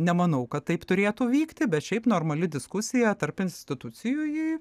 nemanau kad taip turėtų vykti bet šiaip normali diskusija tarp institucijų ji